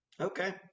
okay